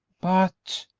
but,